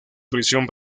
prisión